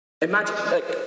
Imagine